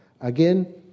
Again